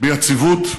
ביציבות,